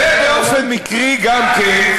ובאופן מקרי גם כן,